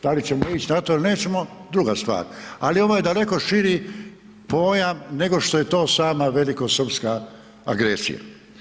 Da li ćemo ići na to ili nećemo druga stvar ali ovo je daleko širi pojam nego što je to sama velikosrpska agresija.